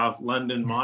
London